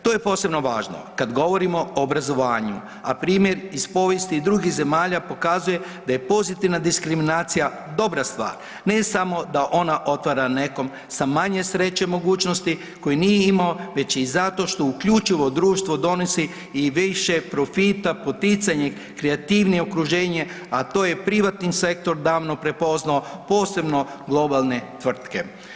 To je posebno važno kad govorimo o obrazovanju, a primjer iz povijesti drugih zemalja pokazuje da je pozitivna diskriminacija dobra stvar, ne samo da ona otvara nekom sa manje sreće mogućnosti koji nije imao već i zato što uključivo društvo donosi i više profita, poticanje, kreativnije okruženje, a to je privatni sektor davno prepoznao, posebno globalne tvrtke.